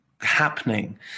happening